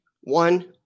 one